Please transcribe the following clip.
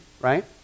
right